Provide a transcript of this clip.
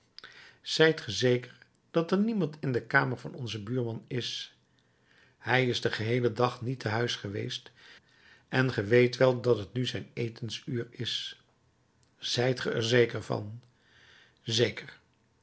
ge zeker dat er niemand in de kamer van onzen buurman is hij is den geheelen dag niet te huis geweest en gij weet wel dat het nu zijn etensuur is zijt ge er zeker van zeker